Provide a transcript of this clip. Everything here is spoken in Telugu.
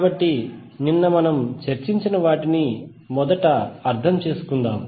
కాబట్టి నిన్న మనం చర్చించిన వాటిని మొదట అర్థం చేసుకుందాం